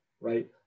right